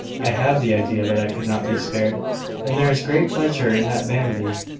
i have the idea that i could not be spared and there is great pleasure in that vanity.